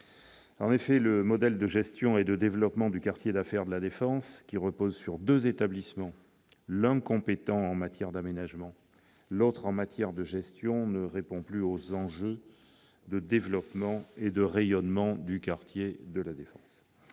En effet, le modèle de gestion et de développement du quartier d'affaires de La Défense, reposant sur deux établissements- l'un compétent en matière d'aménagement, l'autre en matière de gestion -, ne répond pas aux enjeux de développement et de rayonnement auxquels le quartier